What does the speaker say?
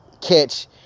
catch